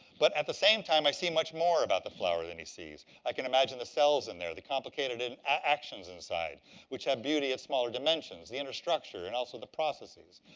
but at the same time, i see much more about the flower than he sees. i can imagine the cells in there, the complicated and actions inside which have beauty at smaller dimensions. the inner structure and also the processes.